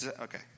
Okay